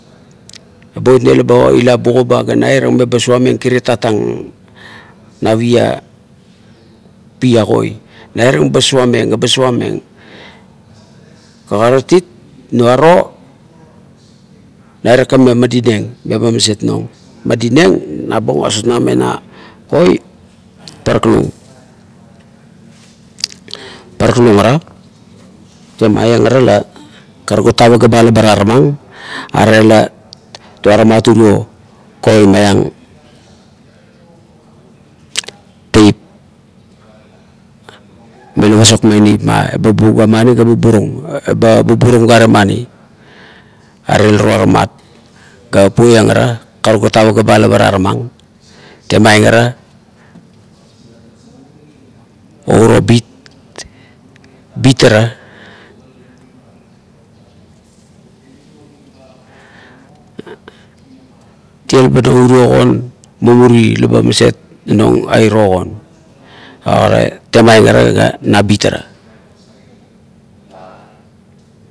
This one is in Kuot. Eba oineng laba ila bugan ba ga nairang meba kinat suamieng tatang na pia koi, nairang ba suamieng ga ba suamieng. kagarat it nuaro nairang meba madinieng me ba maset nong, medinieng nabung osutnang me na koi paraknung paraknung ara. Temaieng ara la karuk gat a paga ba la ba tarunang are la tuaramat uro koi maiang tuip mila pasokmeng neip ma eba bugua maniga buburum eba buburum gare mani are la tuavamat ga puoieng ara karuk gat a paga ba la ba tarameng tumaieng arao uro kit, bit aratie laba uro kon la mumuri laba maset nong a irio konorait temaieng ara nabit ara.